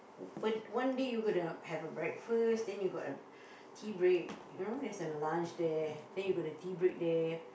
open one day you're going to to have breakfast then you got a tea break you know there's a lunch there then you got the tea break there